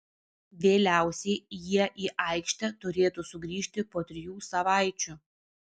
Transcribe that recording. vėliausiai jie į aikštę turėtų sugrįžti po trijų savaičių